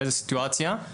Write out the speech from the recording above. ובאיזו סיטואציה?